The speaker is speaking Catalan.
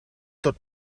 tot